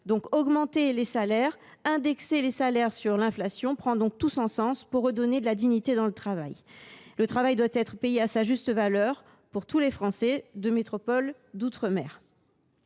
qu’augmenter les salaires et les indexer sur l’inflation prend tout son sens pour redonner de la dignité dans le travail. Le travail doit être payé à sa juste valeur pour tous les Français, de métropole comme d’outre mer.